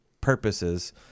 purposes